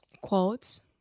Quotes